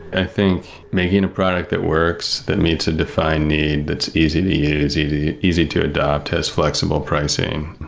i think making a product that works, that meets a defined need, that's easy to use, easy easy to adapt, has flexible pricing,